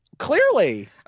clearly